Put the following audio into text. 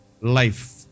Life